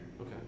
Okay